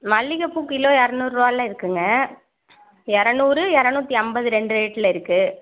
மல்லிகை பூ கிலோ இரநூறு ரூபால இருக்குதுங்க இரநூறு இரநூத்தி ஐம்பது ரெண்டு ரேட்டில் இருக்குது